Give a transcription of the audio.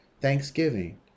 Thanksgiving